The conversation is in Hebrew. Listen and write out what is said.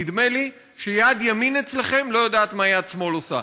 נדמה לי שיד ימין אצלכם לא יודעת מה יד שמאל עושה.